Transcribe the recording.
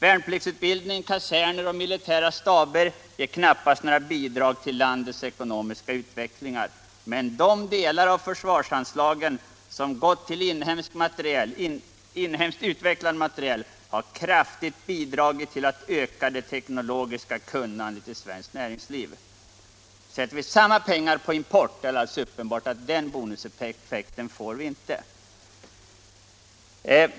Värnpliktsutbildning, kaserner och militära staber ger knappast några bidrag till landets ekonomiska utveckling, men de delar av försvarsanslagen som gått till inhemskt utvecklad materiel har kraftigt bidragit till att öka det teknologiska kunnandet i svenskt näringsliv. Placerar vi pengarna i import, är det uppenbart att vi inte får den bonuseffekten.